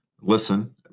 Listen